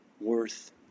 worth